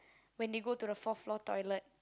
when they go to the fourth floor toilet